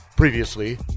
Previously